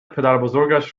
پدربزرگش